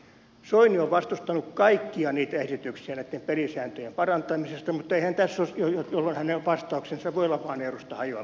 soini on vastustanut kaikkia esityksiä näitten pelisääntöjen parantamisesta jolloin hänen vastauksensa voi olla vain euron hajoaminen tosiasiassa